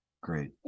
great